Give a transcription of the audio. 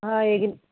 হয় এই